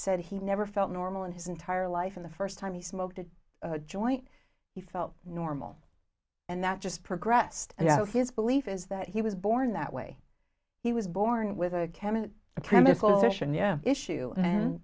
said he never felt normal in his entire life in the first time he smoked a joint he felt normal and that just progressed and you know his belief is that he was born that way he was born with a chemical a chemical fission yeah issue and